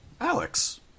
Alex